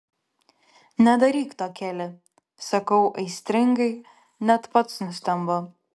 nedaryk to keli sakau aistringai net pats nustembu